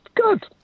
good